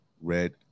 Red